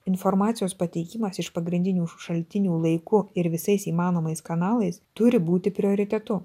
informacijos pateikimas iš pagrindinių šaltinių laiku ir visais įmanomais kanalais turi būti prioritetu